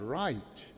right